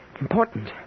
important